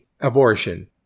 abortion